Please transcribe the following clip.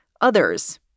others